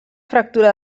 fractura